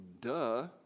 duh